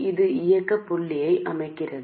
இணைப்பு இப்படி இருப்பதை நீங்கள் பார்க்கலாம்